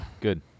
good